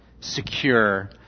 secure